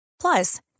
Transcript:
Plus